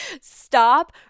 stop